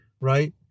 right